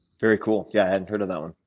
very cool. yeah, i hadn't heard of that one.